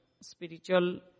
spiritual